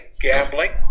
gambling